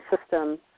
system